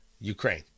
Ukraine